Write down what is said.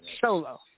Solo